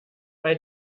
bei